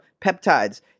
peptides